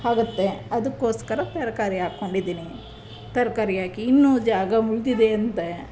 ಆಗುತ್ತೆ ಅದಕ್ಕೋಸ್ಕರ ತರಕಾರಿ ಹಾಕ್ಕೊಂಡಿದ್ದೀನಿ ತರಕಾರಿ ಹಾಕಿ ಇನ್ನೂ ಜಾಗ ಉಳಿದಿದೆ ಅಂದೆ